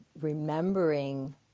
remembering